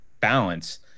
balance